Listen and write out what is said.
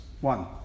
One